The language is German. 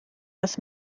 das